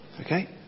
okay